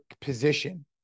position